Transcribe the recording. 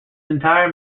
entire